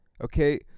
Okay